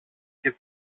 και